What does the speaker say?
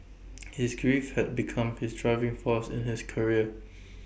his grief had become his driving force in his career